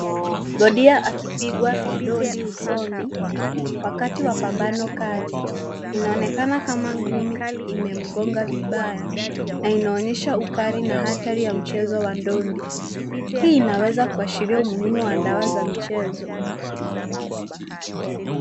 Bondia akipiwaga ndondi usoni wakati wa pambano kali. Inaonekana kama ngumi imemgonga vibaya na inaonyesha ukali na hatari ya mchezo wa ndondi. Hii inaweza kuashiria umuhimu wa dawa za michezo.